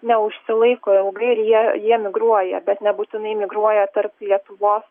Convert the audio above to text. neužsilaiko ilgai ir jie jie migruoja bet nebūtinai migruoja tarp lietuvos